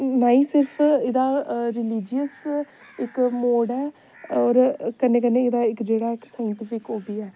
ना ही सिर्फ एह्दा रलीजियस इक मोड ऐ होर कन्नै कन्नै एह्दा इक जेह्ड़ा इक साइंटिफिक ओह् बी एह्